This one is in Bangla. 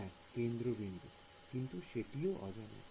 হ্যাঁ কেন্দ্রবিন্দু কিন্তু সেটি ও অজানা